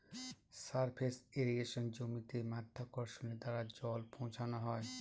surface ইর্রিগেশনে জমিতে মাধ্যাকর্ষণের দ্বারা জল পৌঁছানো হয়